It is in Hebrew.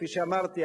כפי שאמרתי,